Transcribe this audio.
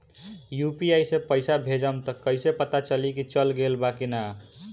UPI से पइसा भेजम त कइसे पता चलि की चल गेल बा की न?